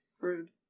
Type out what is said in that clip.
Rude